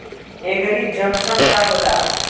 एगरी junction का होला?